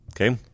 Okay